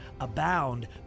abound